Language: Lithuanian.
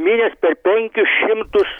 mynęs per penkis šimtus